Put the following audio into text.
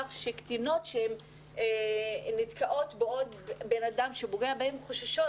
כך שקטינות שנתקלות בעוד בן אדם שפוגע בהן חוששות